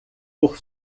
por